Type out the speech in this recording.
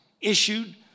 issued